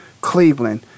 Cleveland